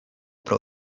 pro